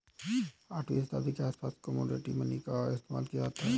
आठवीं शताब्दी के आसपास कोमोडिटी मनी का ही इस्तेमाल किया जाता था